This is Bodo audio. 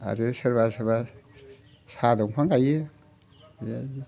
आरो सोरबा सोरबा साह बिफां गायो बेबायदि